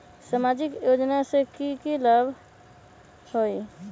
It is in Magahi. सामाजिक योजना से की की लाभ होई?